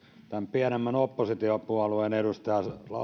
pienemmän oppositiopuolueen edustaja